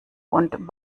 und